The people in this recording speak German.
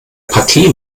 partie